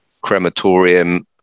crematorium